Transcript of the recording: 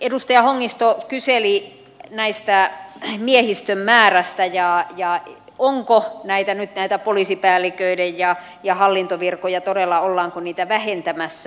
edustaja hongisto kyseli miehistön määrästä ja siitä ollaanko nyt näitä poliisipäälliköiden ja hallintovirkoja todella vähentämässä